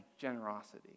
generosity